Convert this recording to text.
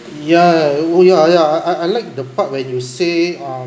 ya ya yeah I I like the part when you say um